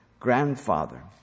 grandfather